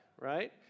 right